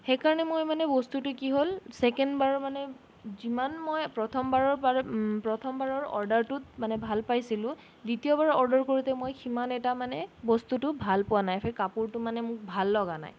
সেইকাৰণে মই মানে বস্তুটো কি হ'ল ছেকেণ্ডবাৰ মানে যিমান মই প্ৰথমবাৰৰ প্ৰথমবাৰৰ অৰ্ডাৰটোত মানে ভাল পাইছিলোঁ দ্বিতীয়বাৰ অৰ্ডাৰ কৰোঁতে মই সিমান এটা মানে বস্তুটো ভাল পোৱা নাই সেই কাপোৰটো মানে মোক ভাল লগা নাই